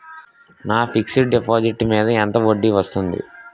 నా fixed deposit మీద ఎంత వడ్డీ వస్తుంది?